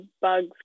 bugs